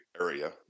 area